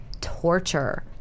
torture